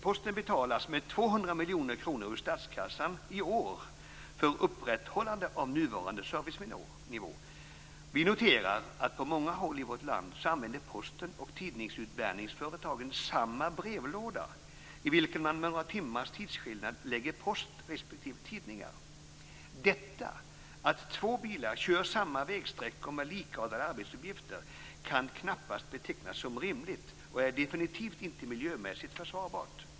Posten betalas med 200 miljoner kronor ur statskassan i år för upprätthållande av nuvarande servicenivå. Vi noterar att Posten och tidningsutbärningsföretagen på många håll i vårt land använder samma brevlåda, i vilken man med några timmars tidsskillnad lägger post respektive tidningar. Detta, att två bilar kör samma vägsträckor med likartade arbetsuppgifter, kan knappast betecknas som rimligt och är definitivt inte miljömässigt försvarbart.